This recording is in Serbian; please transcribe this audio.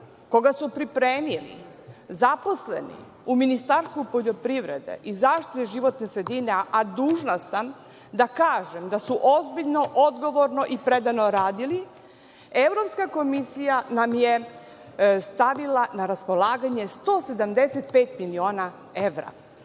koga su pripremili zaposleni u Ministarstvu poljoprivrede i zaštite životne sredine, a dužna sam da kažem da su ozbiljno, odgovorno i predano radili, Evropska komisija nam je stavila na raspolaganje 175 miliona evra.